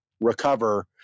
recover